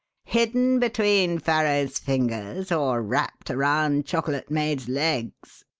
hidden between farrow's fingers or wrapped around chocolate maid's legs?